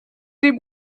dem